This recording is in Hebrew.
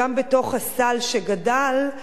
גם בתוך הסל שגדל,